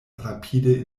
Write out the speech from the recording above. rapide